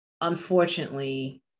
unfortunately